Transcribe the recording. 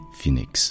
Phoenix